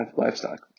livestock